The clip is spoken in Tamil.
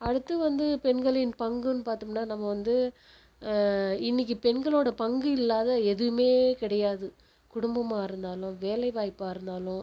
அடுத்து வந்து பெண்களின் பங்குன்னு பார்த்தோம்னா நம்ம வந்து இன்றைக்கி பெண்களோடய பங்கு இல்லாத எதுவுமே கிடையாது குடும்பமாக இருந்தாலும் வேலைவாய்ப்பாக இருந்தாலும்